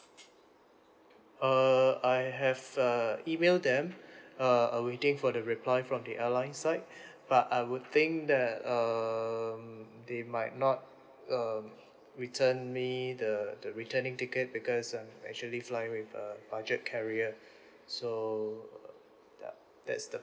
err I have uh emailed them uh and waiting for the reply from the airline side but I would think that um they might not um return me the the returning ticket because I'm actually flying with a budget carrier so uh yup that's the